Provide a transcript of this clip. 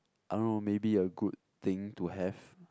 I don't know maybe a good thing to have